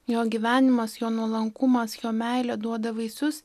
jo gyvenimas jo nuolankumas jo meilė duoda vaisius